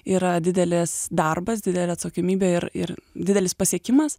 yra didelis darbas didelė atsakomybė ir ir didelis pasiekimas